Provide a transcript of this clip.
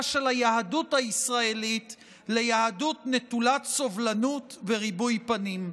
של היהדות הישראלית ליהדות נטולת סובלנות וריבוי פנים.